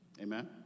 Amen